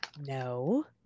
no